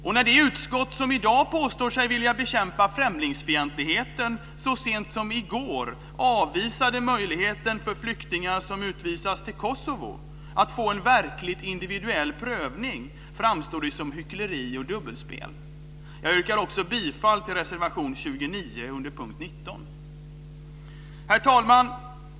Och när det utskott där man i dag påstår sig vilja bekämpa främlingsfientligheten så sent som i går avvisade möjligheten för flyktingar som utvisas till Kosovo att verkligen få en individuell prövning framstår det som hyckleri och dubbelspel. Jag yrkar bifall till reservation 29 under punkt 19. Herr talman!